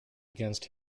against